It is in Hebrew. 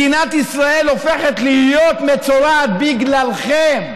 מדינת ישראל הופכת להיות מצורעת בגללכם.